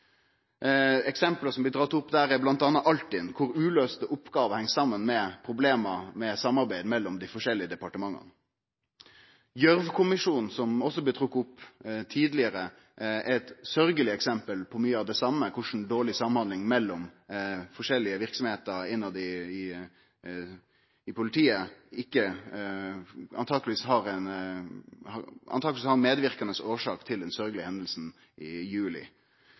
Eksempel som blir dratt opp der, er m.a. Altinn, kor uløyste oppgåver heng saman med problem med samarbeid mellom dei forskjellige departementa. Gjørv-kommisjonen, som også blei trekt fram tidlegare, er eit sørgjeleg eksempel på mykje av det same, at dårleg samhandling mellom ulike verksemder i politiet truleg er ei medverkande årsak til den sørgjelege hendinga 22. juli.